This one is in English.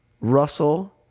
Russell